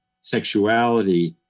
sexuality